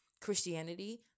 Christianity